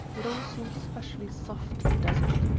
it all seemed specially soft and desolate.